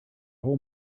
whole